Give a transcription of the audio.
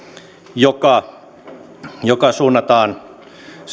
joka joka suunnataan